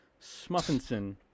Smuffinson